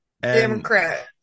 Democrat